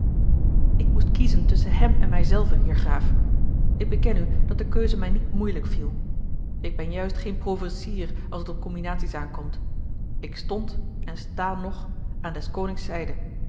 ik moest kiezen tusschen hem en mij zelven heer graaf ik beken u dat de keuze mij niet moeielijk viel ik ben juist geen pauvre sire als het op combinaties aankomt ik stond en sta nog aan des konings zijde